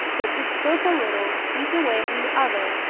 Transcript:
but should slope a little, each away from the other,